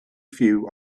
few